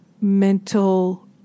mental